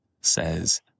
says